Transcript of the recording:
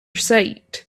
sight